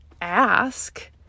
ask